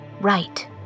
Right